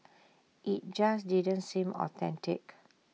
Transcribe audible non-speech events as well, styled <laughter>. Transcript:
<noise> IT just didn't seem authentic